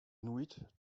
inuit